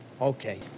Okay